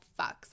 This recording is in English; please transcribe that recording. fucks